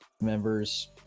members